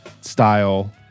style